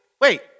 Wait